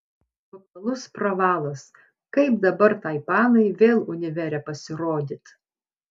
totalus pravalas kaip dabar tai panai vėl univere pasirodyt